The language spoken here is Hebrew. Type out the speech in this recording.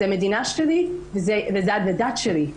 זו המדינה שלי וזו הדת שלי.